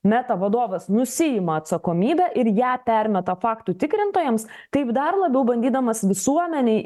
meta vadovas nusiima atsakomybę ir ją permeta faktų tikrintojams taip dar labiau bandydamas visuomenei